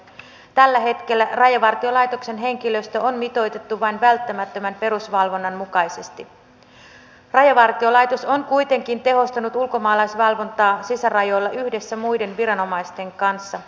tapa jolla hallintarekisteriä ajettiin näyttää alastomasti sen miten yksittäisten puolueiden poliittisten tavoitteiden edistämiseksi ollaan hallituksessa valmiita luopumaan hyvän hallinnon periaatteista